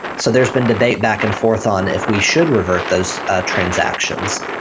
so there's been debate back-and-forth on if we should revert those transactions,